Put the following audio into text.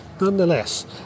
nonetheless